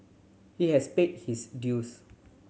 he has paid his dues